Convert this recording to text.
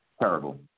Terrible